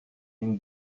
une